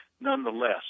nonetheless